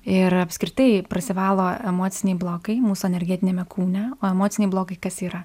ir apskritai prasivalo emociniai blokai mūsų energetiniame kūne o emociniai blokai kas yra